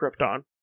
Krypton